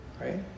right